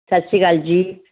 ਸਤਿ ਸ਼੍ਰੀ ਅਕਾਲ ਜੀ